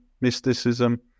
mysticism